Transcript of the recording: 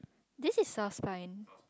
this is sounds time